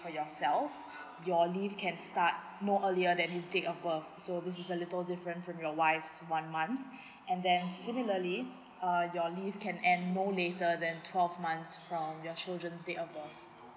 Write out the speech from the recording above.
for yourself your leave can start no earlier than his date of birth so this is a little different from your wife's one month and then similarly uh your leave can end more later than twelve months from your children's date of birth